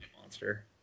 Monster